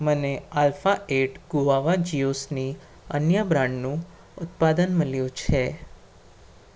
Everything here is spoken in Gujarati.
મને આલ્ફા એઇટ ગુઆવા જ્યુસની અન્ય બ્રાન્ડનું ઉત્પાદન મળ્યું છે